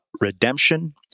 redemption